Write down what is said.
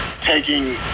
taking